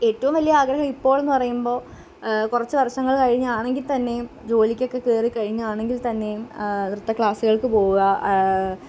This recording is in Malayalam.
ഏറ്റവും വലിയ ആഗ്രഹം ഇപ്പോൾ എന്ന് പറയുമ്പോൾ കുറച്ച് വർഷങ്ങൾ കഴിഞ്ഞാണെങ്കിൽ തന്നെയും ജോലിക്കൊക്കെ കയറിക്കഴിഞ്ഞു ആണെങ്കിൽ തന്നെയും നൃത്ത ക്ലാസ്സുകൾക്ക് പോവുക